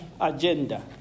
agenda